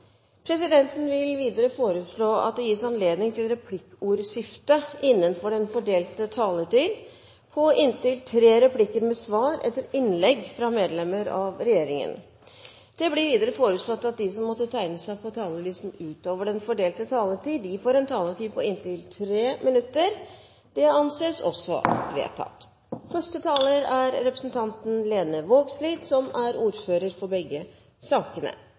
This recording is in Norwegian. presidenten foreslå at det gis anledning til replikkordskifte på inntil fem replikker med svar etter innlegg fra medlemmer av regjeringen innenfor den fordelte taletid. Videre blir det foreslått at de som måtte tegne seg på talerlisten utover den fordelte taletid, får en taletid på inntil 3 minutter. – Det anses vedtatt. Dette er, som Stortinget vil se, saker hvor den politiske uenigheten er stor, men som saksordfører vil jeg likevel takke for